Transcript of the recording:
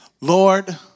Lord